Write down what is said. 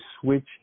switch